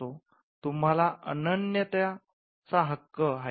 तुम्हाला अनन्यता चा हक्क आहे